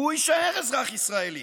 הוא יישאר אזרח ישראלי.